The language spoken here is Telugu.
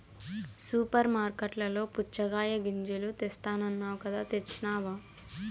సూపర్ మార్కట్లలో పుచ్చగాయ గింజలు తెస్తానన్నావ్ కదా తెచ్చినావ